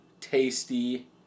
tasty